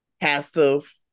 passive